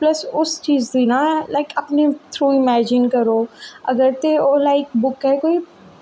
plus उस चीज़ दी ना लाईक अपनी थ्रू इमैजिन करो अगर ते लाईक बुक ऐ तो